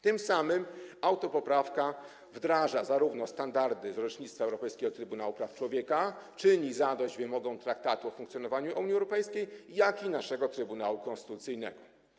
Tym samym autopoprawka wdraża standardy z orzecznictwa Europejskiego Trybunału Praw Człowieka, czyni zadość wymogom zarówno Traktatu o funkcjonowaniu Unii Europejskiej, jak i naszego Trybunału Konstytucyjnego.